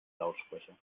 lautsprecher